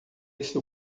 esse